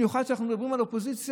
במיוחד כשאנחנו מדברים על אופוזיציה,